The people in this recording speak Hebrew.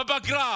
בפגרה.